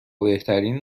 بهترین